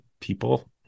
people